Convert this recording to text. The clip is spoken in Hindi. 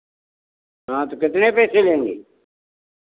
हाँ तो कितने पैसे लेंगी